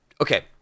okay